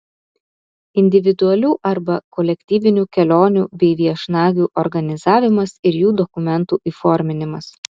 individualių arba kolektyvinių kelionių bei viešnagių organizavimas ir jų dokumentų įforminimas